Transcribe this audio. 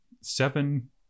seven